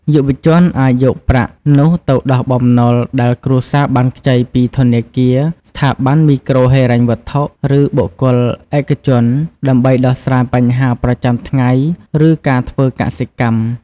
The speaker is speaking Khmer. យុវជនអាចយកប្រាក់នោះទៅដោះបំណុលដែលគ្រួសារបានខ្ចីពីធនាគារ ស្ថាប័នមីក្រូហិរញ្ញវត្ថុ ឬបុគ្គលឯកជន ដើម្បីដោះស្រាយបញ្ហាប្រចាំថ្ងៃ ឬការធ្វើកសិកម្ម។